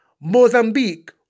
Mozambique